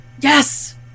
yes